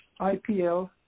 IPL